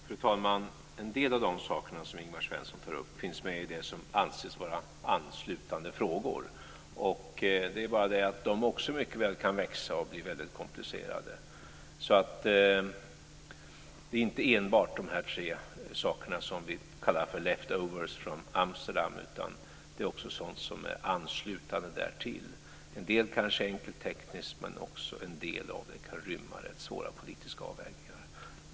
Fru talman! En del av de saker som Ingvar Svensson tar upp finns med i det som anses vara anslutande frågor. Det är bara så att även de mycket väl kan växa och bli väldigt komplicerade. Det gäller alltså inte enbart de tre frågor som vi kallar left-overs från Amsterdam, utan också sådant som ansluter därtill - en del kanske är enkelt tekniskt, men annat kan rymma en del svåra politiska avvägningar.